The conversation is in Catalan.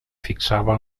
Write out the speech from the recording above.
fixava